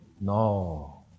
No